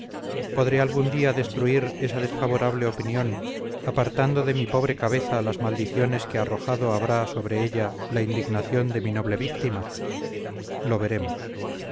podré algún día destruir esa desfavorable opinión apartando de mi pobre cabeza las maldiciones que arrojado habrá sobre ella la indignación de mi noble víctima lo veremos